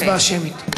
בהצבעה שמית.